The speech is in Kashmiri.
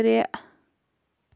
ترٛےٚ